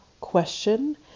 question